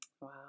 Wow